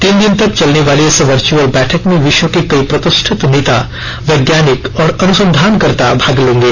तीन दिन तक चलने वाली इस वर्चुअल बैठक में विश्व के कई प्रतिष्ठित नेता वैज्ञानिक और अनुसंधानकर्ता भाग लेंगे